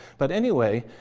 but anyway,